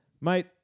mate